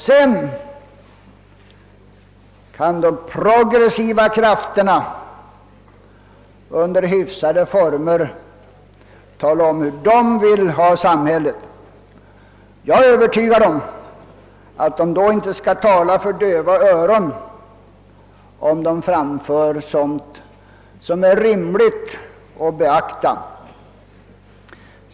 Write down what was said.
Sedan kan de progressiva krafterna under hyfsade former klargöra hur de vill ha samhället. Jag är övertygad om att de inte skall behöva tala för döva öron, om de för fram sådant som är rimligt att beakta.